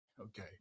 Okay